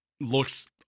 looks